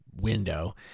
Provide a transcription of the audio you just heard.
window